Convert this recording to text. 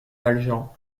valjean